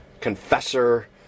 confessor